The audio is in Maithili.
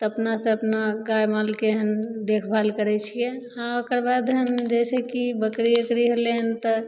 तऽ अपनासे अपना गाइ मालके हम देखभाल करै छिए हँ ओकर बाद हम जइसेकि बकरी ओकरी होलै हँ तऽ